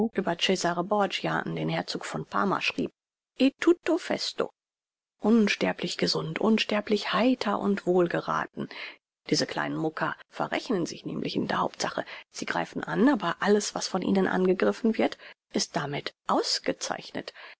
an den herzog von parma schrieb tutto festo unsterblich gesund unsterblich heiter und wohlgerathen diese kleinen mucker verrechnen sich nämlich in der hauptsache sie greifen an aber alles was von ihnen angegriffen wird ist damit ausgezeichnet